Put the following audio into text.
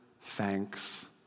thanks